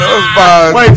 Wait